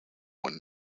won